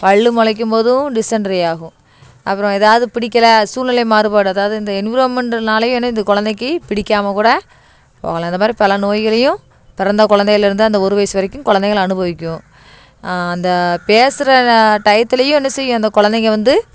பல்லு முளைக்கும் போதும் டிஸ்செண்டரி ஆகும் அப்புறம் ஏதாவது பிடிக்கலை சூல்நிலை மாறுபாடு அதாவது இந்த என்விராமெண்ட்னாலேயே என்ன இந்த குழந்தைக்கி பிடிக்காமல்கூட போகலாம் இந்த மாதிரி பல நோய்களையும் பிறந்த குழந்தைகள்லேருந்து அந்த ஒரு வயசு வரைக்கும் குழந்தைகள் அனுபவிக்கும் அந்த பேசுகிற ந டையத்துலேயும் என்ன செய்யும் அந்த குழந்தைங்க வந்து